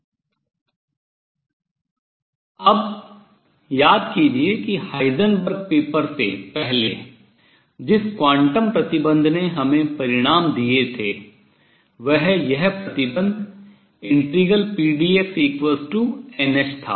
अब याद कीजिए कि हाइजेनबर्ग पेपर से पहले जिस क्वांटम प्रतिबन्ध ने हमें परिणाम दिए थे वह यह प्रतिबन्ध ∫pdxnh था